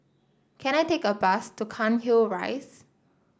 can I take a bus to Cairnhill Rise